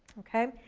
okay.